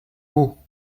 maux